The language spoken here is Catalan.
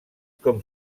com